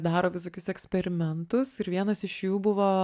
daro visokius eksperimentus ir vienas iš jų buvo